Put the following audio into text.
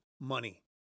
money